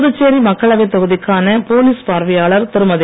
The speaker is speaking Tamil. புதுச்சேரி மக்களவைத் தொகுதிக்கான போலீஸ் பார்வையாளர் திருமதி